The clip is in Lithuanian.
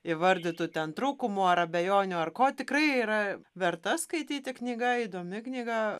įvardytų ten trūkumų ar abejonių ar ko tikrai yra verta skaityti knyga įdomi knyga